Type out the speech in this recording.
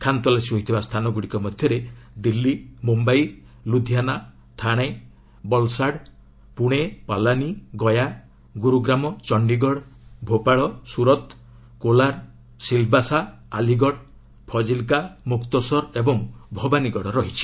ଖାନ୍ତଲାସୀ ହୋଇଥିବା ସ୍ଥାନଗୁଡ଼ିକ ମଧ୍ୟରେ ଦିଲ୍ଲୀ ମୁମ୍ୟାଇ ଲୁଧିଆନା ଥାଶେ ବଲ୍ସାଡ୍ ପୁଣେ ପାଲାନି ଗୟା ଗୁରୁଗ୍ରାମ୍ ଚଣ୍ଡୀଗଡ଼ ଭୋପାଳ ସୁରତ୍ କୋଲାର୍ ଶିଲ୍ବାସା ଆଲିଗଡ୍ ଫଜିଲ୍କା ମୁକ୍ତସର୍ ଓ ଭବାନୀଗଡ଼ ରହିଛି